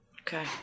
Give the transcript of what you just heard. Okay